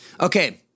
Okay